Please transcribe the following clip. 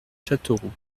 châteauroux